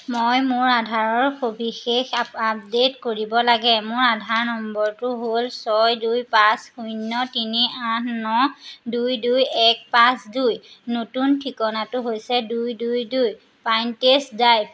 মই মোৰ আধাৰৰ সবিশেষ আপডে'ট কৰিব লাগে মোৰ আধাৰ নম্বৰটো হ'ল ছয় দুই পাঁচ শূন্য তিনি আঠ ন দুই দুই এক পাঁচ দুই নতুন ঠিকনাটো হৈছে দুই দুই দুই পাইন টেষ্ট ড্ৰাইভ